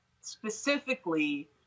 specifically